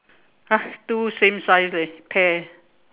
!huh! two same size eh pair